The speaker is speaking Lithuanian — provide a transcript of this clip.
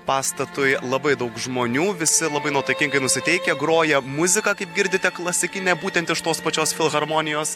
pastatui labai daug žmonių visi labai nuotaikingai nusiteikę groja muzika kaip girdite klasikinė būtent iš tos pačios filharmonijos